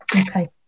okay